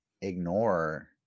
ignore